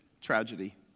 tragedy